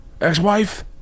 Ex-wife